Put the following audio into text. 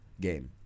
game